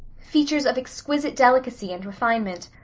features of exquisite delicacy and refinement,